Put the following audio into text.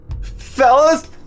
fellas